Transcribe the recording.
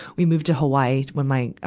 we moved to hawaii when my, ah,